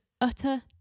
utter